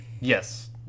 Yes